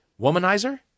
Womanizer